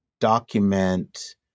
document